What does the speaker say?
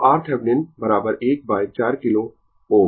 तो RThevenin 1 by 4 kilo Ω